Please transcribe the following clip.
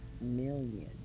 million